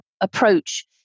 approach